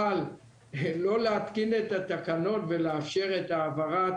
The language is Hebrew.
אבל לא להתקין את התקנות ולאפשר את העברת